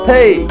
Hey